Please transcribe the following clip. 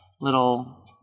little